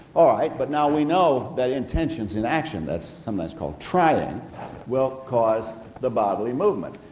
all right, but now we know that intention in action that's sometime called trying will cause the bodily movement,